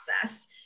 process